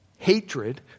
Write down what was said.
hatred